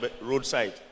roadside